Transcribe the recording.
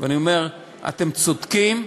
ואני אומר: אתם צודקים.